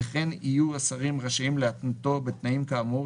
וכן יהיו השרים רשאים להתנותו בתנאים כאמור,